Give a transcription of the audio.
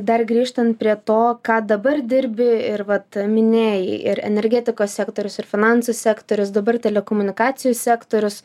dar grįžtant prie to ką dabar dirbi ir vat minėjai ir energetikos sektorius ir finansų sektorius dabar telekomunikacijų sektorius